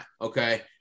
okay